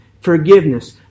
forgiveness